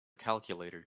calculator